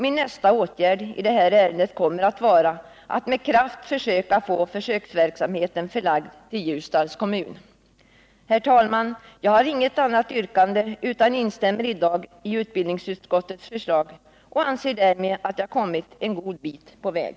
Min nästa åtgärd i detta ärende kommer att vara att med kraft försöka få försöksverksamheten förlagd till Ljusdals kommun. Herr talman! Jag har inget yrkande, utan instämmer i dag i utbildningsutskottets förslag och anser därmed att jag kommit en god bit på väg.